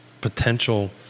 potential